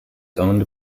owned